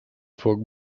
foc